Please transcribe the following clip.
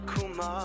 Kuma